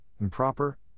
improper